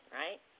right